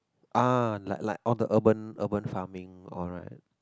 ah like like all the urban urban farming all right